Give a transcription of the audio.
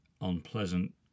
unpleasant